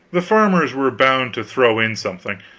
the farmers were bound to throw in something,